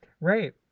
Right